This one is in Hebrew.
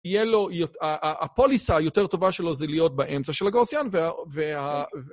יהיה לו, הפוליסה היותר טובה שלו זה להיות באמצע של הגאוסיאן וה...